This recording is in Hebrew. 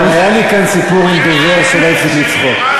כבר היה לי כאן סיפור עם דובר שלא הפסיק לצחוק.